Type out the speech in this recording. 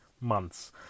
months